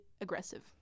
aggressive